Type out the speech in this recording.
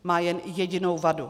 Má jen jedinou vadu.